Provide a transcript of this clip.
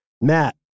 Matt